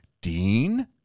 Dean